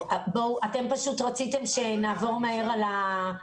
אתם פשוט רציתם שנעבור מהר על ה-..